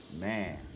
Man